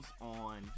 on